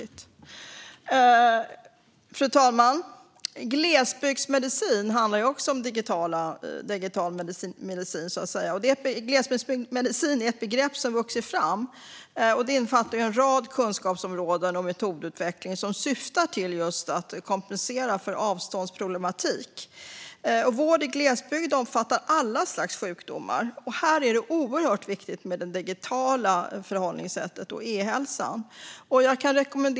Glesbygdsmedicin handlar också om digital medicin. Glesbygdsmedicin är ett begrepp som har vuxit fram, och den innefattar en rad kunskapsområden och metodutveckling som syftar till att kompensera för avståndsproblem. Vård i glesbygd omfattar alla slags sjukdomar. Här är det oerhört viktigt med det digitala förhållningssättet och e-hälsan.